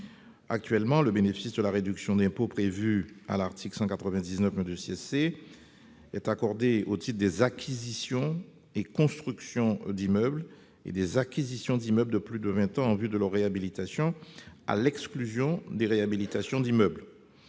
en effet, le bénéfice de la réduction d'impôt prévue à l'article 199 C est accordé au titre des acquisitions et constructions d'immeubles et des acquisitions d'immeubles de plus de vingt ans en vue de leur réhabilitation, à l'exclusion des réhabilitations d'immeubles.